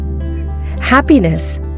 Happiness